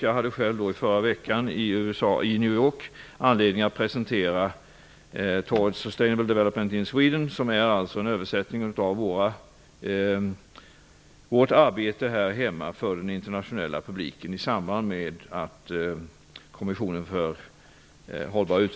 Jag hade själv i förra veckan i New York anledning att presentera Towards sustainable development in Sweden, som är en översättning för den internationella publiken av vårt arbete här hemma.